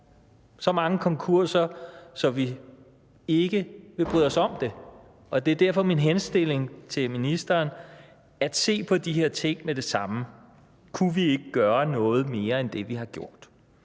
så mange konkurser, at vi ikke vil bryde os om det. Det er derfor min henstilling til ministeren at se på de her ting med det samme. Kunne vi ikke gøre noget mere end det, vi har gjort?